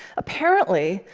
apparently,